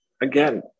again